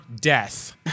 death